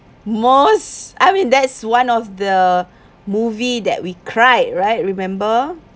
most I mean that's one of the movie that we cried right remember